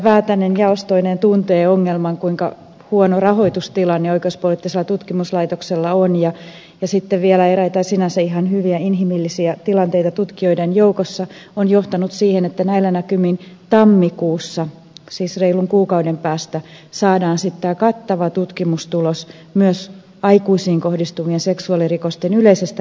väätäinen jaostoineen tuntee ongelman kuinka huono rahoitustilanne oikeuspoliittisella tutkimuslaitoksella on ja sitten vielä eräät sinänsä ihan hyvät inhimilliset tilanteet tutkijoiden joukossa ovat johtaneet siihen että näillä näkymin tammikuussa siis reilun kuukauden päästä saadaan tämä kattava tutkimustulos myös aikuisiin kohdistuvien seksuaalirikosten yleisestä rangaistustasosta